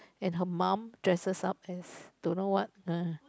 and her mom dresses up as don't know what ah